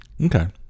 okay